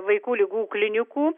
vaikų ligų klinikų